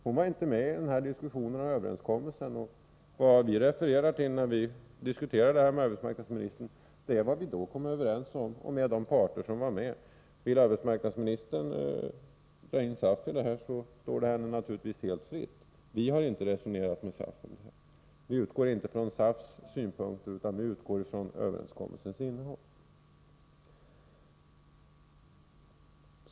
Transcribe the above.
Hon var inte medi denna diskussion om överenskommelsen, och vad vi refererar till när vi diskuterar detta med arbetsmarknadsministern är vad vi kom överens om med de parter som var med. Vill arbetsmarknadsministern dra in SAF i detta står det henne naturligtvis helt fritt. Vi har inte resonerat om detta med SAF. Vi utgår inte från SAF:s synpunkter, utan vi utgår från överenskommelsens innehåll.